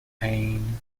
pain